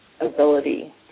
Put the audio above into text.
ability